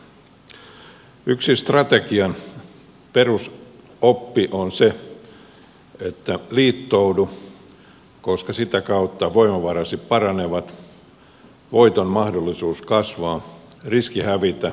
yksi strategian perusoppi on se että liittoudu koska sitä kautta voimavarasi paranevat voiton mahdollisuus kasvaa riski hävitä pienenee